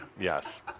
Yes